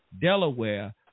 Delaware